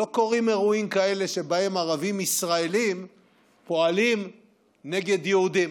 לא קורים אירועים כאלה שבהם ערבים ישראלים פועלים נגד יהודים.